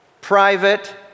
private